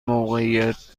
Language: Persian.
موقعیت